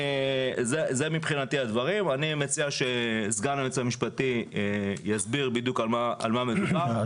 אני מציע שסגן היועץ המשפטי יסביר בדיוק על מה מדובר.